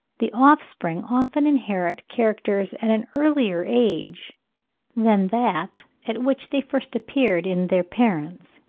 the offspring often inherit characters at an earlier age than that at which they first appeared in their parents.